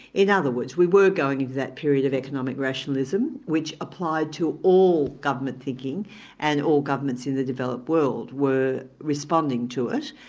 in other words, we were going into that period of economic rationalism which applied to all government thinking and all governments in the developed world were responding to it.